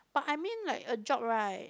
but I mean like a job right